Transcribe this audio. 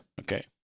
Okay